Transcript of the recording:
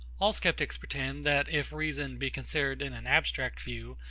all sceptics pretend, that, if reason be considered in an abstract view,